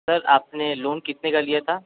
sir आपने loan कितने का लिया था